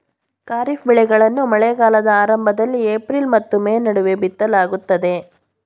ಖಾರಿಫ್ ಬೆಳೆಗಳನ್ನು ಮಳೆಗಾಲದ ಆರಂಭದಲ್ಲಿ ಏಪ್ರಿಲ್ ಮತ್ತು ಮೇ ನಡುವೆ ಬಿತ್ತಲಾಗುತ್ತದೆ